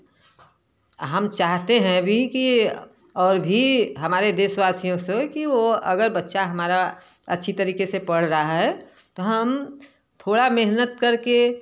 हम चाहते हैं अभी की और भी हमारे देशवासियों से कि वे अगर बच्चा हमारा अच्छी तरीके से पढ़ रहा है तो हम थोड़ा मेहनत करके